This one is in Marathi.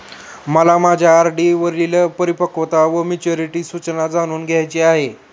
मला माझ्या आर.डी वरील परिपक्वता वा मॅच्युरिटी सूचना जाणून घ्यायची आहे